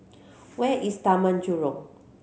where is Taman Jurong